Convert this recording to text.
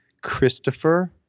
Christopher